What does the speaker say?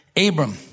Abram